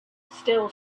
still